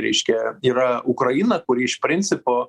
reiškia yra ukraina kuri iš principo